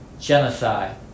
genocide